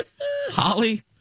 Holly